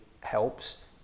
helps